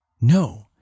No